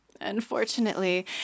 Unfortunately